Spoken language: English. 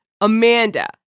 Amanda